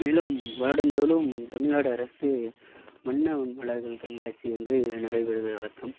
மேலும் வருடந்தோறும் தமிழ்நாடு அரசு வண்ண மலர்கள் கண்காட்சி என்று நடைபெறுவது வழக்கம்